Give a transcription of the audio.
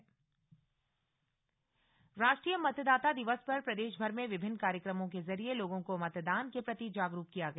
राष्ट्रीय मतदाता दिवस राष्ट्रीय मतदाता दिवस पर प्रदेशभर में विभिन्न कार्यक्रमों के जरिए लोगों को मतदान के प्रति जागरूक किया गया